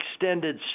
extended